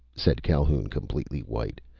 said calhoun, completely white,